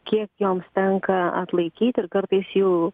kiek joms tenka atlaikyti ir kartais jau